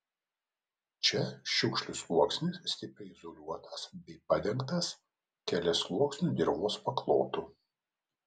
čia šiukšlių sluoksnis stipriai izoliuotas bei padengtas keliasluoksniu dirvos paklotu